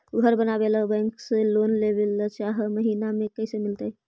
घर बनावे ल बैंक से लोन लेवे ल चाह महिना कैसे मिलतई?